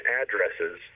addresses